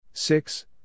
Six